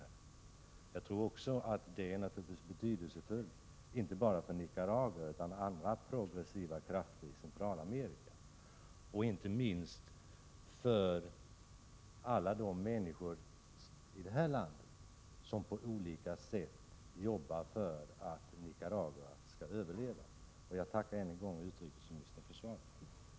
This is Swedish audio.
Jag tror att det är mycket betydelsfullt, inte bara för Nicaragua utan också för andra progressiva krafter i Centralamerika, och inte minst för alla de människor i det här landet som på olika sätt jobbar för att Nicaragua skall överleva. Jag tackar än en gång utrikesministern för svaret.